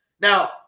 Now